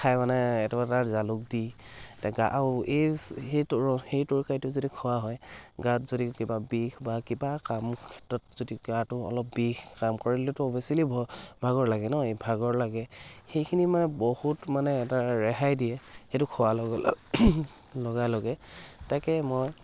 খাই মানে এইটো এটা জালুক দি গা আৰু এই সেইটো সেই তৰকাৰীটো যদি খোৱা হয় গাত যদি কিবা বিষ বা কিবা কামৰ ক্ষেত্ৰত যদি গাটো অলপ বিষ কাম কৰিলেতো অৱশ্যেলি ভাগৰ লাগে ন এই ভাগৰ লাগে সেইখিনি মানে বহুত মানে এটা ৰেহাই দিয়ে সেইটো খোৱাৰ লগে ল লগে লগে তাকে মই